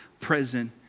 present